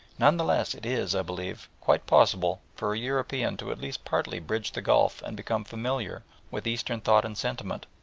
none the less, it is, i believe, quite possible for a european to at least partly bridge the gulf and become familiar with eastern thought and sentiment,